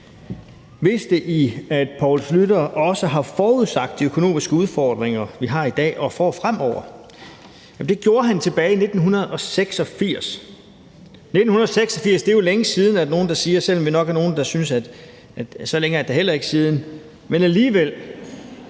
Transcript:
vidste I, at Poul Schlüter også har forudsagt de økonomiske udfordringer, vi har i dag og får fremover? Det gjorde han tilbage i 1986. 1986 er jo længe siden, er der nogle, der siger, selv om vi nok er nogle, der synes, at så længe er det da heller ikke siden, men alligevel.